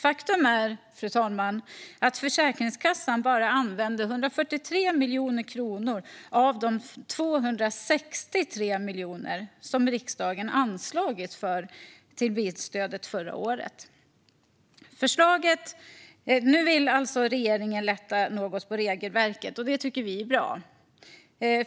Faktum är, fru talman, att Försäkringskassan bara använde 143 miljoner kronor av de 263 miljoner som riksdagen anslagit till bilstödet förra året. Nu vill alltså regeringen lätta något på regelverket, och det tycker vi är bra.